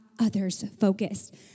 others-focused